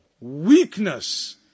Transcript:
weakness